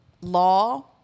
Law